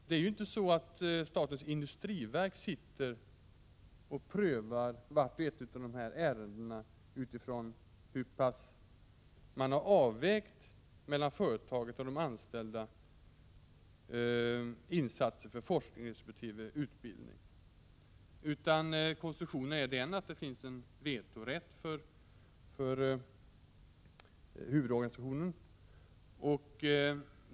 Det är ju inte så, att statens industriverk prövar vart och ett av dessa ärenden med hänsyn till hur pass man mellan företaget och de anställda har avvägt insatser för forskning resp. utbildning. Konstruktionen är sådan att det finns en vetorätt för huvudorganisationen.